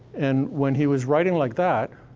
and when he was writing like that,